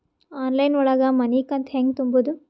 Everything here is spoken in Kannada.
ಆನ್ಲೈನ್ ಒಳಗ ಮನಿಕಂತ ಹ್ಯಾಂಗ ತುಂಬುದು?